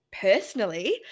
personally